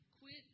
Quit